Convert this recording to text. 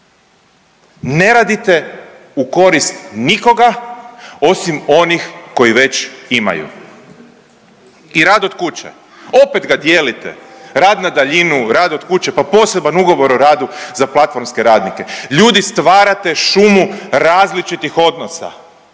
Ne radite u korist nikoga osim onih koji već imaju. I rad od kuće opet ga dijelite, rad na daljinu, rad od kuće, pa poseban ugovor o radu za platformske radnike. Ljudi, stvarate šumu različitih odnosa